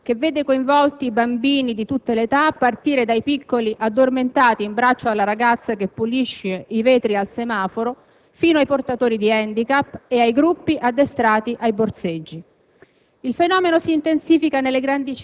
Un giro di affari colossale, che vede coinvolti bambini di tutte le età, dai piccoli addormentati in braccio alla ragazza che pulisce i vetri al semaforo fino ai portatori di *handicap* ed ai gruppi addestrati ai borseggi.